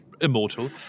immortal